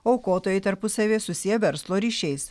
aukotojai tarpusavyje susiję verslo ryšiais